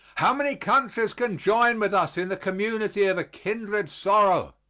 how many countries can join with us in the community of a kindred sorrow!